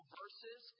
verses